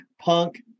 punk